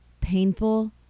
painful